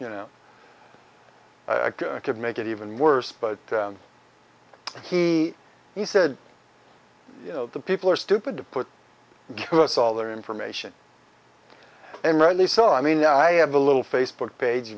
you know could make it even worse but he he said you know the people are stupid to put to us all their information and rightly so i mean i have a little facebook page